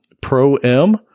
Pro-M